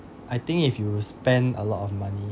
I think if you spend a lot of money